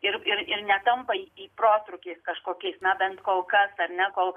ir ir ir netampa į protrūkiais kažkokiais na bent kol kas dar ne kol